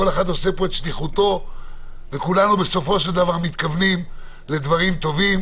כל אחד עושה פה את שליחותו וכולנו מתכוונים לדברים טובים.